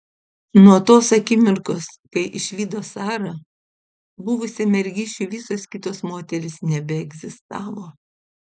nuo tos akimirkos kai išvydo sarą buvusiam mergišiui visos kitos moterys nebeegzistavo